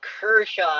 Kershaw